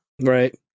Right